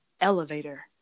Elevator